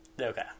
okay